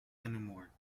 anymore